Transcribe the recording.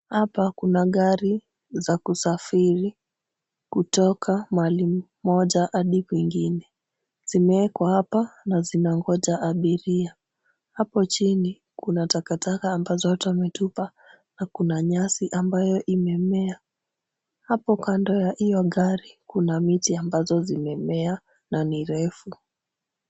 Hapa kuna gari za kusafiri kutoka mahali moja hadi kwingine. Zimeekwa hapa na zinangoja abiria. Hapo chini kuna takataka ambazo watu wametupa na kuna nyasi ambayo imemea. Hapo kando ya hiyo gari kuna miti ambazo zimemea na ni refu.